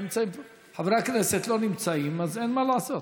חברי הכנסת לא נמצאים, אז אין מה לעשות.